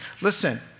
Listen